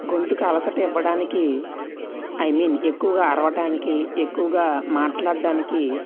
గొంతుకు అలసట ఇవ్వడానికి ఐ మీన్ ఎక్కువగా అరవడానికి ఎక్కువగా మాట్లాడడానికి